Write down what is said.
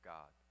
God